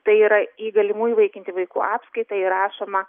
tai yra į galimų įvaikinti vaikų apskaitą įrašoma